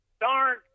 Darn